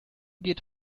geht